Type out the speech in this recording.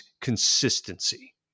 consistency